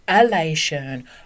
elation